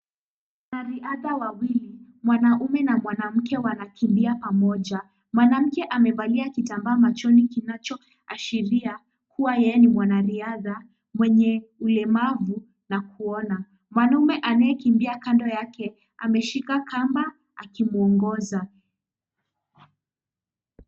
Wanariadha wawili, mwanaume na mwanamke wanakimbia pamoja. Mwanamke amevalia kitambaa machoni kinachoashiria kuwa yeye ni mwanariadha mwenye ulemavu na kuona. Mwanaume anayekimbia kando yake ameshika kamba akimuongoza.